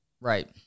Right